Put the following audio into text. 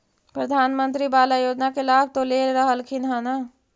प्रधानमंत्री बाला योजना के लाभ तो ले रहल्खिन ह न?